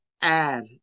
add